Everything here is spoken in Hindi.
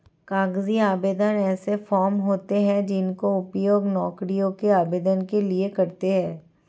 कागजी आवेदन ऐसे फॉर्म होते हैं जिनका उपयोग नौकरियों के आवेदन के लिए करते हैं